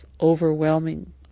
overwhelming